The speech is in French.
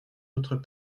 autres